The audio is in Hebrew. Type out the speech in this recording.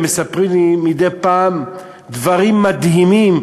מספרים לי מדי פעם דברים מדהימים,